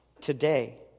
Today